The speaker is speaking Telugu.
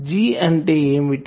G అంటే ఏమిటి